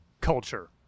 culture